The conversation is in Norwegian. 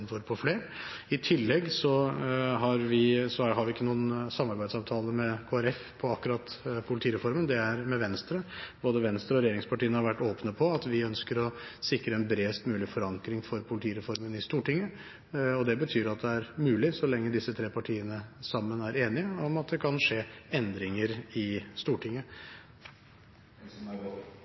for på flere. I tillegg: Vi har ikke noen samarbeidsavtale med Kristelig Folkeparti akkurat når det gjelder politireformen – den er med Venstre. Både Venstre og regjeringspartiene har vært åpne om at vi ønsker å sikre en bredest mulig forankring for politireformen i Stortinget. Det betyr at dette er mulig så lenge disse tre partiene i Stortinget sammen er enige om at det kan skje endringer. Politimesteren i